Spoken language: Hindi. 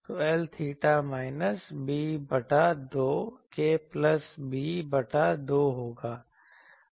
तो L𝚹 माइनस b बटा 2 से प्लस b बटा 2 होगा